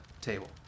table